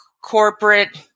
corporate